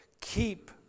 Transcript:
Keep